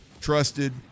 trusted